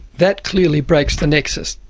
that clearly breaks the nexus.